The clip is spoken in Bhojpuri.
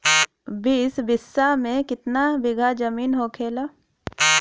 बीस बिस्सा में कितना बिघा जमीन होखेला?